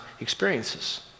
experiences